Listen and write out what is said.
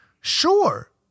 Sure